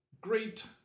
great